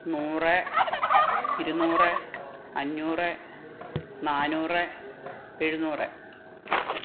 നൂറ് ഇരുന്നൂറ് അഞ്ഞുറ് നാന്നൂറ് എഴുനൂറ്